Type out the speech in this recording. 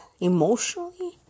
Emotionally